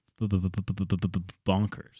bonkers